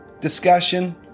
discussion